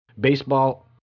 Baseball